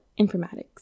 informatics